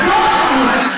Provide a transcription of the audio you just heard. זו רשעות.